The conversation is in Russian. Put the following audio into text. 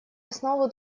основу